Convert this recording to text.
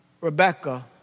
Rebecca